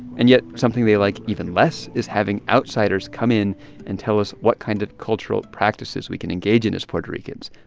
and yet, something they like even less is having outsiders come in and tell us what kind of cultural practices we can engage in as puerto ricans,